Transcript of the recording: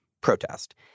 protest